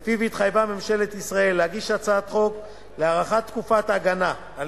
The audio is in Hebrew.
ולפיו התחייבה ממשלת ישראל להגיש הצעת חוק להארכת תקופת ההגנה על